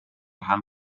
rhan